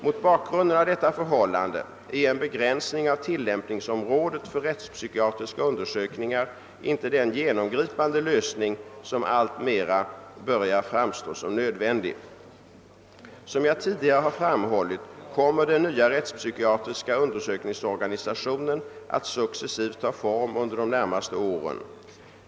Mot bakgrunden av detta förhållande är en begränsning av tillämpningsområdet för rättspsykiatriska undersökningar inte den genomgripande lösning som alltmer börjar framstå som nödvändig. Som jag tidigare har framhållit kommer den nya rättspsykiatriska undersökningsorganisationen att successivt ta form under de närmaste åren.